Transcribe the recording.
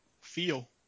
feel